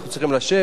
אנחנו צריכים לשבת,